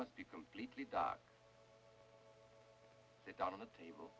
must be completely dark sit down on the table